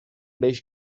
beş